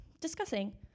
discussing